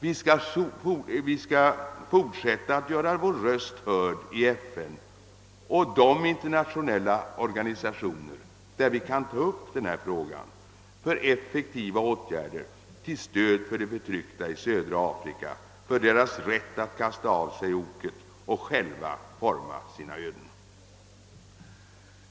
Vi skall fortsätta att göra vår röst hörd i FN och de internationella organisationer, där vi kan ta upp frågan om effektiva åtgärder till stöd åt de förtryckta i södra Afrika i deras kamp för sin rätt att kasta av sig oket och själva forma sina öden.